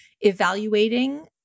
evaluating